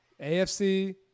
AFC